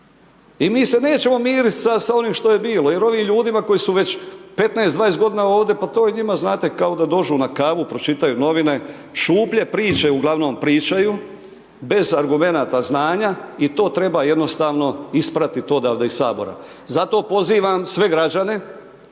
i mi se nećemo miriti sad sa ovim što je bilo jer ovim ljudima koji su već 15, 20 godina ovdje, pa to je njima znate, kao da dođu na kavu, pročitaju novine, šuplje priče uglavnom pričaju, bez argumenata znanja i to treba jednostavno ispratiti odavde iz HS. Zato pozivam sve građane,